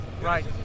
Right